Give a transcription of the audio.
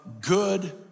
good